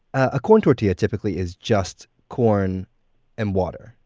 a corn tortilla typically is just corn and water.